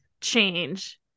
change